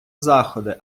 заходи